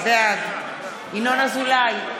בעד ינון אזולאי,